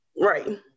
Right